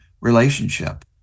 relationship